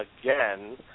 again